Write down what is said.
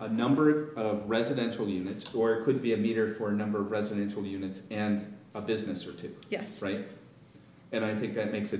a number of residential units or could be a meter or number of residential units and a business or two yes right and i think that makes a